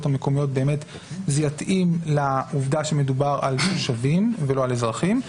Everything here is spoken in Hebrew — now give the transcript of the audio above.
המקומיות באמת זה יתאים לעובדה שמדובר על תושבים ולא על אזרחים.